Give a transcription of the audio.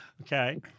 Okay